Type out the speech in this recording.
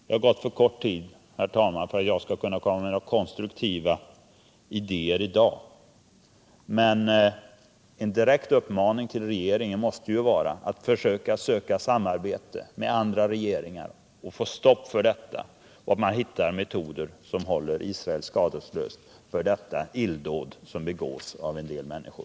Jag har i dag för kort tid på mig, herr talman, för att kunna komma med några konstruktiva idéer, men man kan rikta en direkt uppmaning till regeringen att söka samarbete med andra regeringar för att stoppa det här och finna metoder att hålla Israel skadeslöst för detta illdåd som begås av vissa människor.